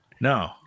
No